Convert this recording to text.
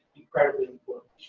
incredibly important